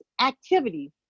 activities